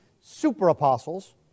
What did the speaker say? super-apostles